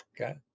Okay